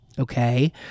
Okay